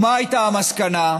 ומה הייתה המסקנה?